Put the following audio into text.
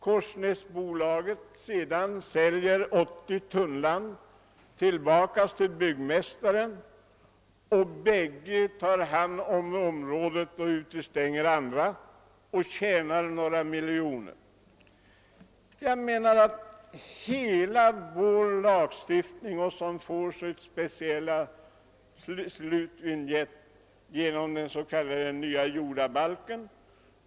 Detta bolag skall sedan sälja tillbaka 80 tunnland till byggmästaren, varefter bägge parterna tar hand om området och utestänger andra intressenter. På detta sätt tjänar de några miljoner kronor. Lagstiftningen på detta område kommer att få sin slutvinjett genom den s.k. nya jordabalken.